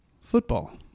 Football